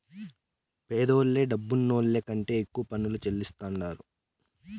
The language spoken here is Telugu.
పేదోల్లే డబ్బులున్నోళ్ల కంటే ఎక్కువ పన్ను చెల్లిస్తాండారు